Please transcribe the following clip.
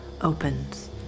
opens